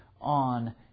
on